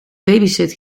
babysit